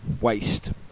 waste